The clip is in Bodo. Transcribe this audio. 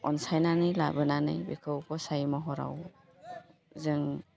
अनसायनानै लाबोनानै बेखौ गसाइ महराव जों